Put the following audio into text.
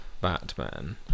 Batman